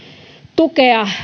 tukea